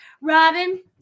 Robin